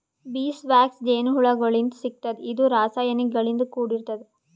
bees wax ಜೇನಹುಳಗೋಳಿಂತ್ ಸಿಗ್ತದ್ ಇದು ರಾಸಾಯನಿಕ್ ಗಳಿಂದ್ ಕೂಡಿರ್ತದ